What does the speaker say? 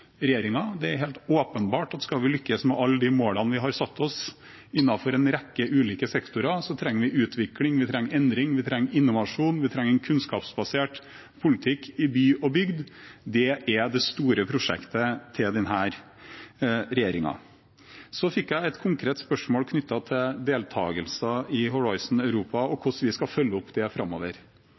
Det er helt åpenbart at skal vi lykkes med alle de målene vi har satt oss innenfor en rekke ulike sektorer, trenger vi utvikling, vi trenger endring, vi trenger innovasjon, og vi trenger en kunnskapsbasert politikk i by og bygd. Det er det store prosjektet til denne regjeringen. Så fikk jeg et konkret spørsmål knyttet til deltakelse i Horisont Europa og hvordan vi skal følge opp det framover.